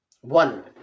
one